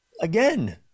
again